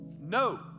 No